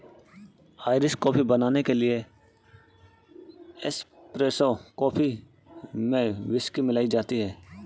Irish coffee बनाने के लिए एस्प्रेसो कॉफी में व्हिस्की मिलाई जाती है